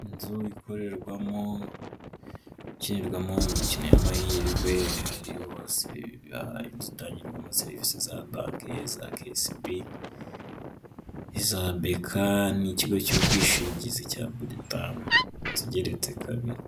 Inzu ikorerwamo, ikinirwamo imikino y'amahirwe hariho izitangirwamo serivisi za banki za kisibi, iza beka n'ikigo cy'ubwishingizi cya buritabu. Inzu igeretse kabiri.